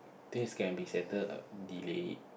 things can be settle I'll delay it